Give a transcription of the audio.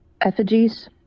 Effigies